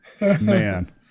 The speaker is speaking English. man